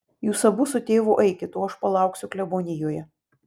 jūs abu su tėvu eikit o aš palauksiu klebonijoje